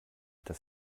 dass